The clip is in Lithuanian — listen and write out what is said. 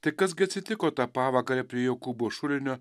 tai kas gi atsitiko tą pavakarę prie jokūbo šulinio